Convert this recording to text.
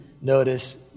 notice